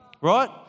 right